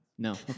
No